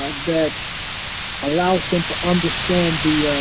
ah that allows them to understand the